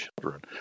children